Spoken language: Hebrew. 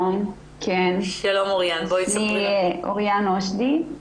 שלום אוריאן שלום, שמי אוריאן אושדי.